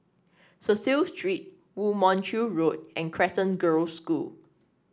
Cecil Street Woo Mon Chew Road and Crescent Girls' School